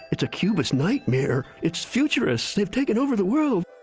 it's a cubist nightmare. it's futurists, they've taken over the world!